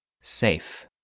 Safe